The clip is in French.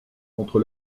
entre